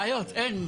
בעיות אין.